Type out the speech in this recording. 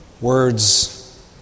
words